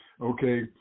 Okay